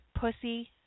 pussy